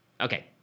Okay